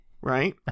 right